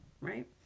right